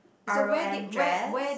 R_O_M dress